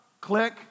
click